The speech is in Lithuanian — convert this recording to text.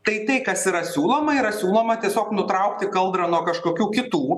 tai tai kas yra siūloma yra siūloma tiesiog nutraukti kaldrą nuo kažkokių kitų